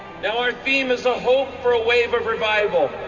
our theme is a hope for a wave of revival.